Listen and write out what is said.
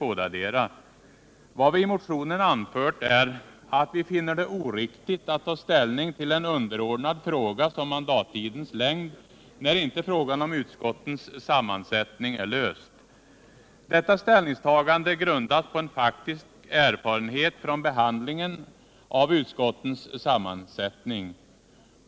Vad vi i motionen anfört är att vi finner det oriktigt att ta ställning till en underordnad fråga, såsom mandattidens längd, när frågan om utskottens sammansättning inte är löst. Detta ställningstagande grundas på en faktisk erfarenhet från behandlingen av utskottens sammansättning.